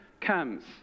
comes